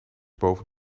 boven